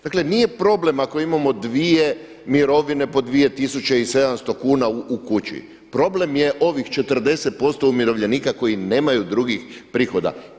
Dakle nije problem ako imamo dvije mirovine po 2700 kuna u kući, problem je ovih 40% umirovljenika koji nemaju drugih prihoda.